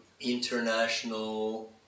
international